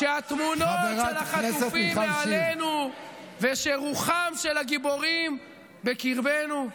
כשהתמונות של החטופים מעלינו וכשרוחם של הגיבורים בקרבנו,